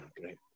Great